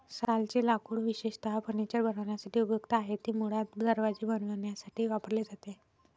सालचे लाकूड विशेषतः फर्निचर बनवण्यासाठी उपयुक्त आहे, ते मुळात दरवाजे बनवण्यासाठी वापरले जाते